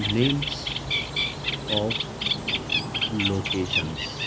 names of locations